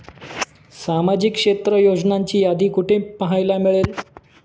सामाजिक क्षेत्र योजनांची यादी कुठे पाहायला मिळेल?